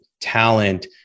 talent